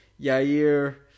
Yair